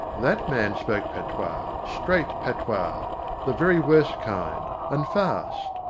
that man spoke patois, straight patois the very worst kind, and fast.